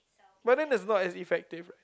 but then that's not as effective